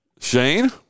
Shane